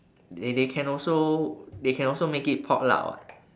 they they can also they can also make it potluck [what]